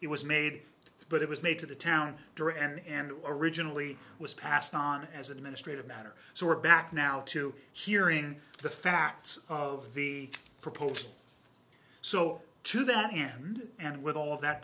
it was made but it was made to the town during and originally was passed on as administrative matter so we're back now to hearing the facts of the proposed so to that end and with all of that